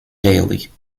daily